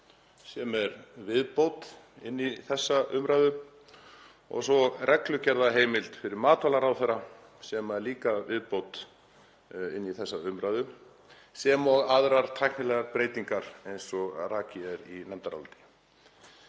sem er viðbót inn í þessa umræðu, reglugerðarheimild fyrir matvælaráðherra, sem er líka viðbót inn í þessa umræðu, sem og aðrar tæknilegar breytingar eins og rakið er í nefndaráliti.